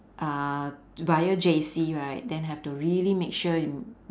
uh via J_C right then have to really make sure you